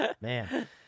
man